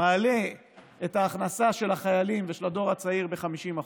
מעלה את ההכנסה של החיילים ושל הדור הצעיר ב-50%,